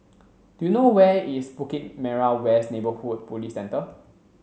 do you know where is Bukit Merah West Neighbourhood Police Centre